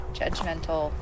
judgmental